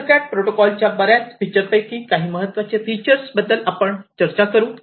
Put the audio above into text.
EtherCAT protocol च्या बऱ्याच feature पैकी काही महत्त्वाचे फीचर बद्दल आपण चर्चा करू